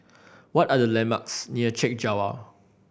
what are the landmarks near Chek Jawa